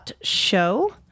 Show